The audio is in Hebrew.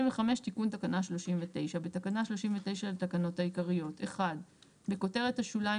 35. תיקון תקנה 39. בתקנה 39 לתקנות העיקריות - (1) בכותרת השוליים,